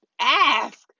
ask